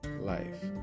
life